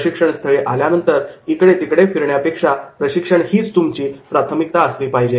प्रशिक्षणस्थळी आल्यानंतर इकडेतिकडे फिरण्यापेक्षा प्रशिक्षण हीच तुमची प्राथमिकता असली पाहिजे